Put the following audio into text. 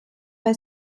bei